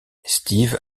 steve